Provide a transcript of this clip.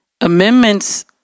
Amendments